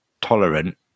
tolerant